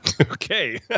Okay